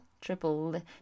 Triple